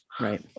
Right